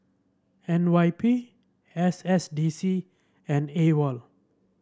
N Y P S S D C and AWOL